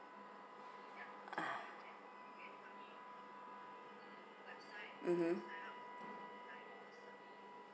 mmhmm